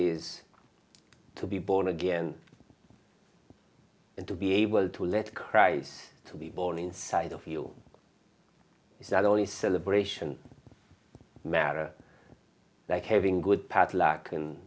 is to be born again and to be able to let cries to be born inside of you is that only celebration mera like having good padlock